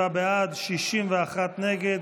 47 בעד, 61 נגד.